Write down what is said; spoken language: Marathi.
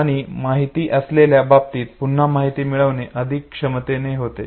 आणि माहित असलेल्या बाबतीत पुन्हा माहिती मिळविणे अधिक कार्यक्षमतेने होते